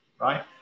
right